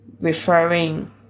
referring